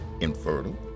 infertile